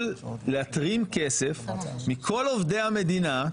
יכול להתרים כסף מכל עובדי המדינה,